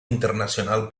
internacional